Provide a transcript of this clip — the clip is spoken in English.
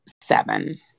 seven